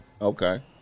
Okay